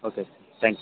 okay thank you